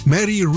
Mary